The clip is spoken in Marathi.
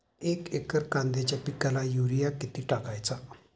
एक एकर कांद्याच्या पिकाला युरिया किती टाकायचा?